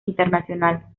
internacional